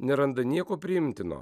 neranda nieko priimtino